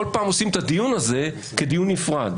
כל פעם עושים את הדיון הזה כדיון נפרד.